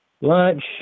lunch